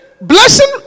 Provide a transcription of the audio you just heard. blessing